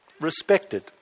respected